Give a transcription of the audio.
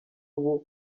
ubu